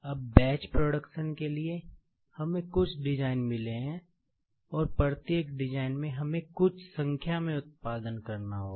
अब batch production के लिए हमें कुछ डिज़ाइन मिले हैं और प्रत्येक डिजाइन में हम कुछ संख्या में उत्पादन करते हैं